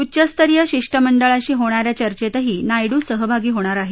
उच्चस्तरीय शिष्टमंडळाशी होणा या चर्चेतही नायडू सहभागी होणार आहेत